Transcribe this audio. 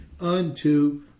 unto